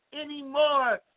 anymore